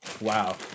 Wow